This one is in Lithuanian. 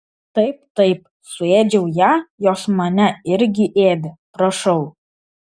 taip taip suėdžiau ją jos mane irgi ėdė prašau